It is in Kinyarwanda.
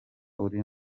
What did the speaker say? uri